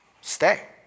Stay